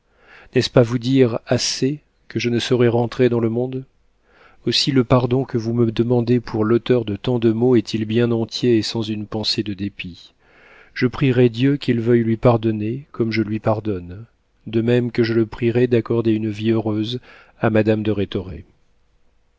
n'est-ce pas vous dire assez que je ne saurais rentrer dans le monde aussi le pardon que vous me demandez pour l'auteur de tant de maux est-il bien entier et sans une pensée de dépit je prierai dieu qu'il veuille lui pardonner comme je lui pardonne de même que je le prierai d'accorder une vie heureuse à madame de rhétoré